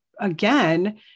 again